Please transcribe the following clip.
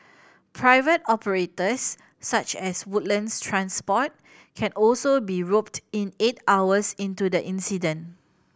private operators such as Woodlands Transport can also be roped in eight hours into the incident